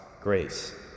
grace